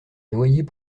noyers